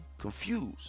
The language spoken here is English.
confused